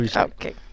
Okay